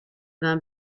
vin